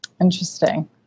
Interesting